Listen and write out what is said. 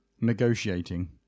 negotiating